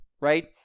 right